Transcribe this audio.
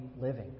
living